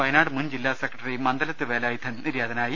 വയനാട് മുൻ ജില്ലാ സെക്രട്ടറി മന്ദലത്ത് വേലായുധൻ നിര്യാതനായി